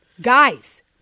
Guys